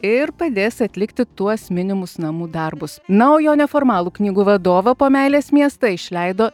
ir padės atlikti tuos minimus namų darbus na o jo neformalų knygų vadovą po meilės miestą išleido